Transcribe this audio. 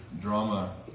drama